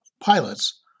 pilots